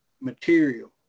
material